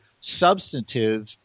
substantive